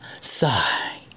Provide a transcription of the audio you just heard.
Sigh